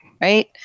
right